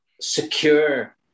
secure